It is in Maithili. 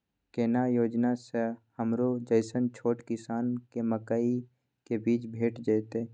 केना योजना स हमरो जैसन छोट किसान के मकई के बीज भेट जेतै?